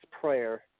Prayer